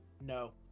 No